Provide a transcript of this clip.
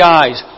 eyes